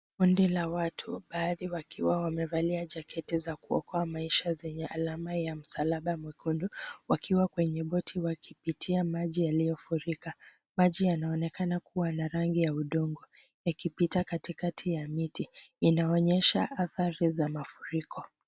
Kundi la watu, baadhi wakiwa wamevalia jaketi za kuokoa maisha zenye alama ya msalaba mwekundu wakiwa kwenye boti wakipitia maji yaliyofurika. Maji yanaonekana kuwa na rangi ya udongo yakipita katikati ya miti. Inaonyesha adhari za mafuriko.